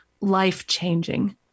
life-changing